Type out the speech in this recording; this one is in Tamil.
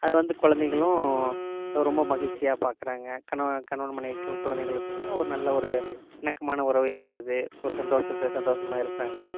அது வந்து குழந்தைகளும் ரொம்ப மகிழ்ச்சியாக பார்க்குறாங்க கணவன் கணவன் மனைவிக்கும் குழந்தைங்களுக்கும் உள்ள ஒரு நல்ல இணக்கமான உறவு ஏற்படுது ஒரு சந்தோஷத்தை சந்தோஷமாக இருக்கிறாங்க